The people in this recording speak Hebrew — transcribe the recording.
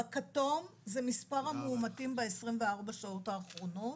בכתום זה מספר המאומתים ב-24 שעות האחרונות.